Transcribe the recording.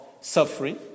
suffering